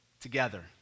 together